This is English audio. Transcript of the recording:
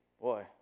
Boy